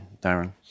Darren